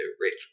rich